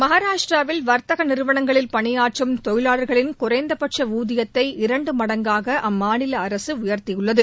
மகராஷ்டிராவில் வர்த்தக நிறுவனங்களில் பணியாற்றும் தொழிலாளர்களின் குறைந்தபட்ச ஊதியத்தை இரண்டு மடங்காக அம்மாநில அரசு உயர்த்தி உள்ளது